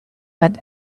but